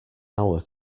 hour